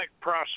process